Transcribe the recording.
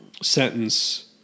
sentence